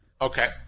Okay